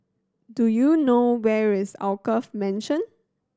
do you know where is Alkaff Mansion